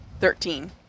Thirteen